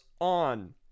on